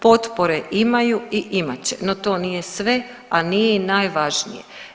Potpore imaju i imat će, no to nije sve, a nije ni najvažnije.